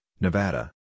Nevada